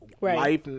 life